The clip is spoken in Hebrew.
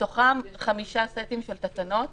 מתוכם חמישה סטים של תקנות